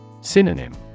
Synonym